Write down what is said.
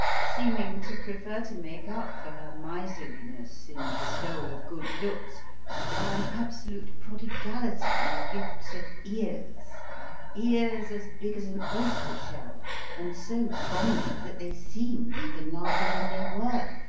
seeming to prefer to make up for her miserliness in the bestowal of good looks by an absolute prodigality in the gifts of ears ears as big as an oyster-shell and so prominent that they seemed even larger than they were,